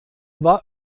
war